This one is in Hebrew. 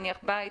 נניח בבית,